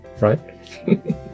right